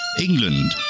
England